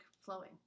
flowing